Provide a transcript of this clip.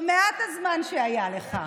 במעט הזמן שהיה לך.